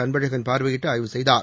அன்பழகன் பார்வையிட்டு ஆய்வு செய்தார்